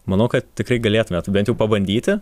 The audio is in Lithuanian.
manau kad tikrai galėtumėt bent jau pabandyti